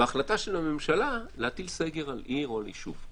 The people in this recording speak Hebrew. בהחלטה של הממשלה להטיל סגר על עיר או על יישוב.